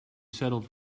settled